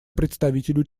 представителю